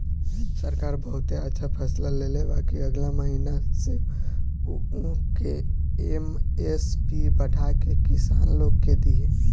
सरकार बहुते अच्छा फैसला लेले बा कि अगिला महीना से उ ऊख के एम.एस.पी बढ़ा के किसान लोग के दिही